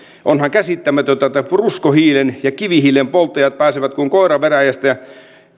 onhan käsittämätöntä että ruskohiilen ja kivihiilen polttajat pääsevät kuin koira veräjästä ja